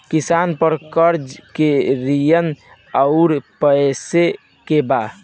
किसान पर क़र्ज़े के श्रेइ आउर पेई के बा?